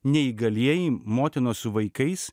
neįgalieji motinos su vaikais